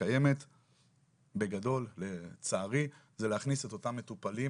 הקיימת בגדול, לצערי, זה להכניס את אותם מטופלים